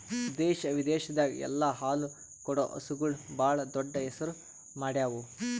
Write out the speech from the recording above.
ದೇಶ ವಿದೇಶದಾಗ್ ಎಲ್ಲ ಹಾಲು ಕೊಡೋ ಹಸುಗೂಳ್ ಭಾಳ್ ದೊಡ್ಡ್ ಹೆಸರು ಮಾಡ್ಯಾವು